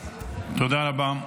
תודה רבה.